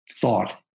thought